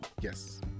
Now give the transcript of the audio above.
Yes